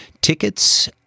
Tickets